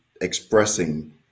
expressing